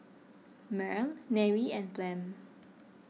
Merl Nery and Flem